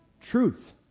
truth